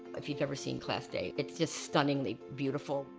if you've ever seen class day, it's just stunningly beautiful.